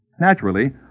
Naturally